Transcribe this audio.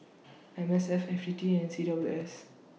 M S F F A T and C W S